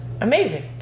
Amazing